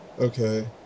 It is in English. Okay